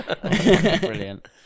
Brilliant